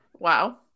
Wow